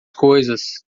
coisas